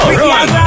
run